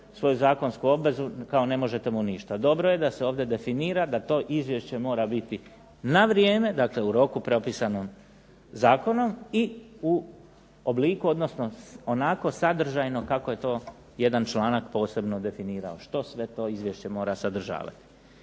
svoju zakonsku obvezu, kao ne možete mu ništa. Dobro je da se ovdje definira da to izvješće mora biti na vrijeme, dakle u roku propisanom zakonom i u obliku, odnosno onako sadržajno kako je to jedan članak posebno definirao, što sve to izvješće mora sadržavati.